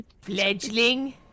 Fledgling